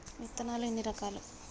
విత్తనాలు ఎన్ని రకాలు?